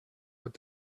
with